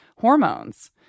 hormones